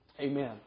Amen